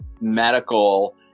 medical